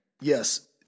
Yes